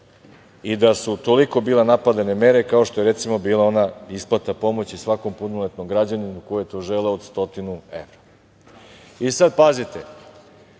i da su toliko bile napadane mere, kao što je, recimo, bila ona isplata pomoći svakom punoletnom građaninu koji je to želeo, od 100 evra. Sad, pazite,